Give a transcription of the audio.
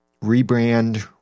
Rebrand